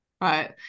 right